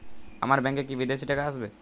আমার ব্যংকে কি বিদেশি টাকা আসবে?